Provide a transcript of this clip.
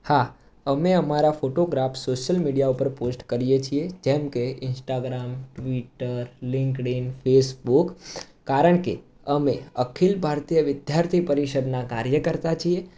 હા અમે અમારા ફોટોગ્રાફ્સ સોશિયલ મીડિયા ઉપર પોસ્ટ કરીએ છીએ જેમ કે ઇન્સ્ટાગ્રામ ટ્વીટર લિંકડીન ફેસબુક કારણ કે અમે અખિલ ભારતીય વિધાર્થી પરિષદના કાર્યકર્તા છીએ